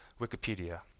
Wikipedia